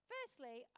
Firstly